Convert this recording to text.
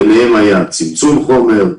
ביניהם היה צמצום חומר,